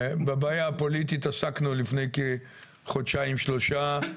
בבעיה הפוליטית עסקנו לפני כחודשיים שלושה.